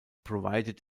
provided